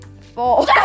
Four